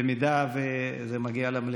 במידה שזה מגיע למליאה.